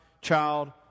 child